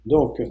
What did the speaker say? Donc